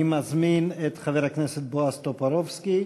אני מזמין את חבר הכנסת בועז טופורובסקי,